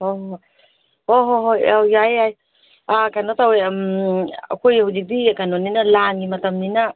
ꯑꯧ ꯍꯣꯏ ꯍꯣꯏ ꯍꯣꯏ ꯑꯧ ꯌꯥꯏ ꯌꯥꯏ ꯀꯩꯅꯣ ꯇꯧꯋꯦ ꯑꯩꯈꯣꯏ ꯍꯧꯖꯤꯛꯇꯤ ꯀꯩꯅꯣꯅꯤꯅ ꯂꯥꯟꯒꯤ ꯃꯇꯝꯅꯤꯅ